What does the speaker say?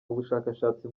ubushakashatsi